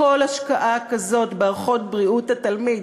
כל השקעה כזאת באחות בריאות התלמיד,